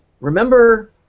remember